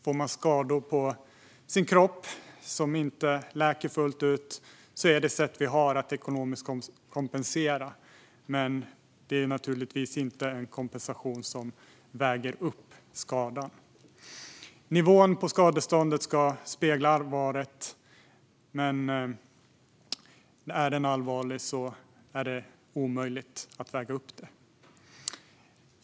Får man skador på sin kropp som inte läker fullt ut är ekonomisk kompensation det sätt vi har. Men det är naturligtvis inte en kompensation som väger upp skadan. Nivån på skadeståndet ska spegla allvaret, men är skadan allvarlig är det omöjligt att väga upp den.